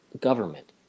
government